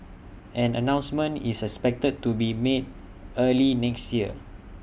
an announcement is expected to be made early next year